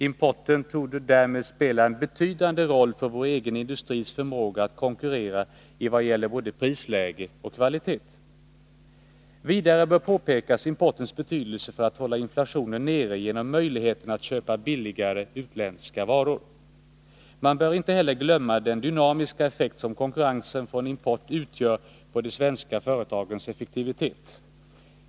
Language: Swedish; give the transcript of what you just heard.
Importen torde därmed spela en betydande roll för vår egen industris förmåga att konkurrera i vad gäller både pris och kvalitet. Vidare bör påpekas importens betydelse för att hålla inflationen nere genom möjligheten för oss att köpa billigare utländska varor. Man bör inte heller glömma den dynamiska effekt som konkurrensen från importen utgör på de svenska företagens effektivitet.